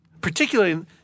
particularly